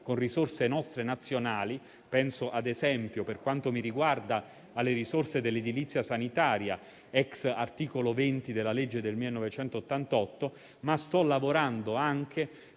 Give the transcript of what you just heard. con nostre risorse nazionali, penso ad esempio, per quanto mi riguarda, alle risorse dell'edilizia sanitaria *ex* articolo 20 della legge del 1988, ma sto lavorando anche